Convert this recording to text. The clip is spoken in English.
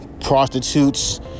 prostitutes